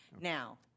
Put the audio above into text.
Now